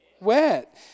wet